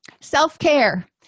Self-care